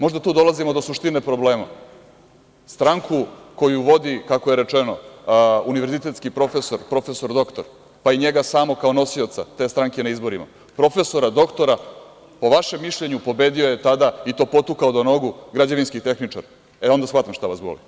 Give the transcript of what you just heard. Možda tu dolazimo do suštine problema, stranku koju vodi, kako je rečeno, univerzitetski profesor, profesor doktor, pa i njega samog kao nosioca te stranke na izborima, profesora doktora po vašem mišljenju pobedio je tada i to potukao do nogu građevinski tehničar, onda shvatam šta vas boli.